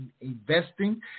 investing